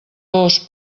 dos